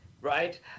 Right